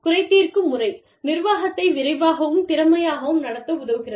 குறை தீர்க்கும் முறை நிர்வாகத்தை விரைவாகவும் திறமையாகவும் நடத்த உதவுகிறது